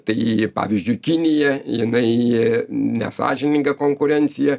tai pavyzdžiui kinija jinai nesąžiningą konkurenciją